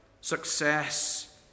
success